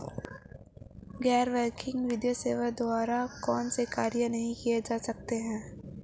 गैर बैंकिंग वित्तीय सेवाओं द्वारा कौनसे कार्य नहीं किए जा सकते हैं?